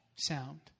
sound